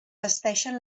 vesteixen